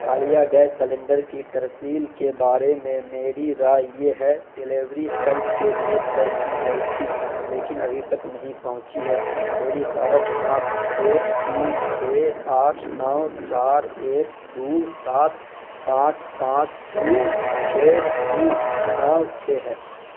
ہڑیا gas cylinder کی ترسیل کے بارے میں میری رائے یہ ہے ڈلیوری کل کے لیے طے کی گئی تھی لیکن ابھی تک نہیں پہنچی ہے میری صارف سناخت ایک تین چھ آٹھ نو چار ایک دو سات پانچ پانچ دو چھ دو نو چھ ہے